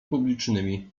publicznymi